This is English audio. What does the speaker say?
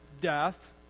death